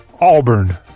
Auburn